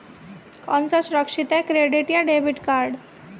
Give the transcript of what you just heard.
कौन सा सुरक्षित है क्रेडिट या डेबिट कार्ड?